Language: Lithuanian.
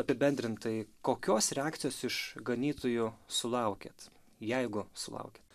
apibendrintai kokios reakcijos iš ganytojų sulaukėt jeigu sulaukėt